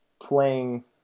playing